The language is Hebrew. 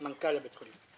מנכ"ל בית החולים.